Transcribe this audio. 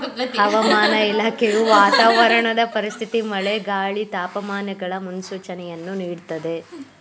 ಹವಾಮಾನ ಇಲಾಖೆಯು ವಾತಾವರಣದ ಪರಿಸ್ಥಿತಿ ಮಳೆ, ಗಾಳಿ, ತಾಪಮಾನಗಳ ಮುನ್ಸೂಚನೆಯನ್ನು ನೀಡ್ದತರೆ